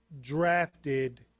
drafted